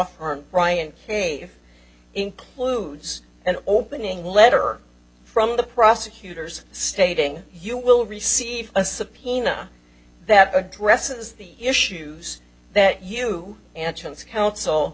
firm brian k includes an opening letter from the prosecutors stating you will receive a subpoena that addresses the issues that you